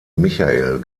michael